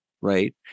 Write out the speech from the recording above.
right